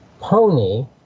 pony